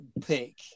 pick